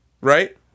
right